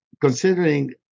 considering